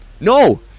no